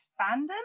fandom